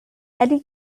eddy